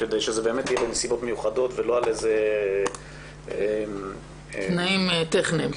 כדי שזה באמת יהיה בנסיבות מיוחדות ולא על עניינים טכניים.